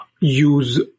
use